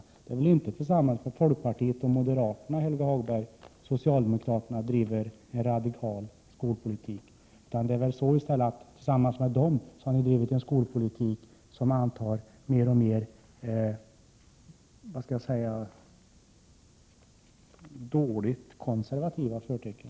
Det är väl, Helge Hagberg, inte tillsammans med folkpartiet och moderaterna som socialdemokraterna driver en radikal skolpolitik, utan det är väl i stället så att ni tillsammans med dem har drivit en skolpolitik med allt värre konservativa förtecken.